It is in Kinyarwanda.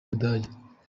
budage